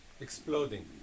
exploding